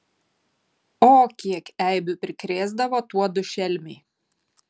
o kiek eibių prikrėsdavo tuodu šelmiai